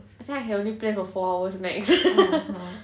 I think I can only play for four hours max